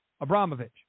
Abramovich